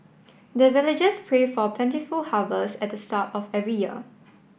the villagers pray for plentiful harvest at the start of every year